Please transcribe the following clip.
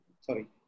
Sorry